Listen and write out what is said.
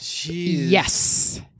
Yes